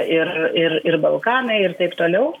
ir ir ir balkanai ir taip toliau